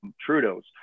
Trudeau's